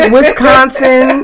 Wisconsin